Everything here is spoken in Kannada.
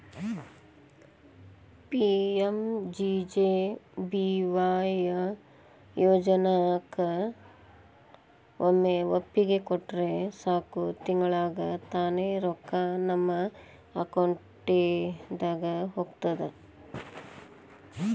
ಪಿ.ಮ್.ಜೆ.ಜೆ.ಬಿ.ವಾಯ್ ಯೋಜನಾಕ ಒಮ್ಮೆ ಒಪ್ಪಿಗೆ ಕೊಟ್ರ ಸಾಕು ತಿಂಗಳಾ ತಾನ ರೊಕ್ಕಾ ನಮ್ಮ ಅಕೌಂಟಿದ ಹೋಗ್ತದ